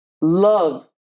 love